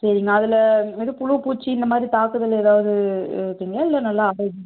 சரிங்க அதில் இது புழு பூச்சி இந்த மாதிரி தாக்குதல் ஏதாவது இல்லை நல்லா